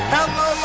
Hello